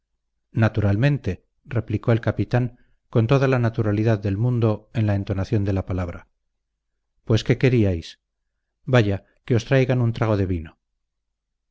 naturalmente replicó el capitán con toda la naturalidad del mundo en la entonación de la palabra pues qué queríais vaya que os traigan un trago de vino